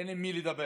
אין עם מי לדבר.